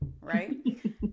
right